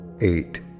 eight